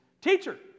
Teacher